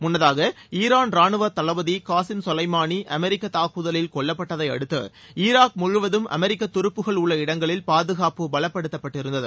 முன்னதாக ஈரான் ராணுவ தளபதி க்வாசிம் சொலைமானி அமெரிக்க தாக்குதலில் கொல்லப்பட்டதை அடுத்து ஈராக் முழுவதும் அமெரிக்க துருப்புகள் உள்ள இடங்களில் பாதுகாப்பு பலப்படுத்தப்பட்டிருந்தது